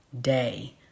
day